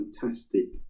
fantastic